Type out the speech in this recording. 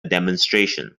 demonstration